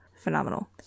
Phenomenal